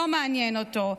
לא מעניין אותו.